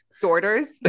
daughters